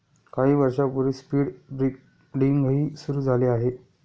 काही वर्षांपूर्वी स्पीड ब्रीडिंगही सुरू झाले आहे